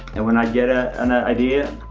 and when i get ah an ah idea,